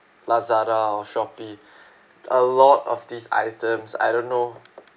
Lazada or Shopee a lot of these items I don't know